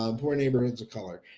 um poor neighborhoods of color,